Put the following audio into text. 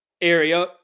area